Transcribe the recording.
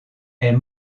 est